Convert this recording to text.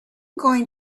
going